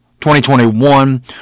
2021